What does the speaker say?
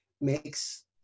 makes